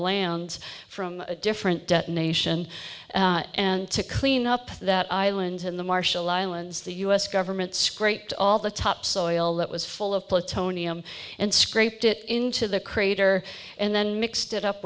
land from a different detonation and to clean up that island in the marshall islands the u s government scraped all the topsoil that was full of plutonium and scraped it into the crater and then mixed it up